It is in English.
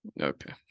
Okay